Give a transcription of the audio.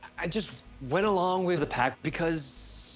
i just went along with the pact because.